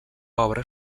obra